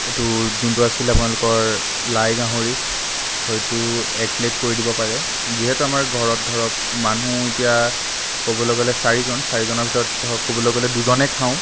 এইটো যোনটো আছিলে আপোনালোকৰ লাই গাহৰি হয়তু এক প্লেট কৰি দিব পাৰে যিহেতু আমাৰ ঘৰত ধৰক মানুহ এতিয়া কব'লৈ গ'লে চাৰিজন চাৰিজনৰ ভিতৰত ধৰক ক'বলৈ গ'লে দুজনে খাওঁ